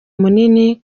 munini